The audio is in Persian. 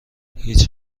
هیچ